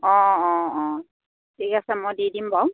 অঁ অঁ অঁ ঠিক আছে মই দি দিম বাৰু